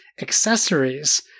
accessories